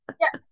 Yes